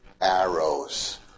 arrows